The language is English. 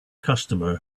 customer